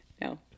no